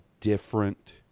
different